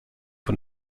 von